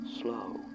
slow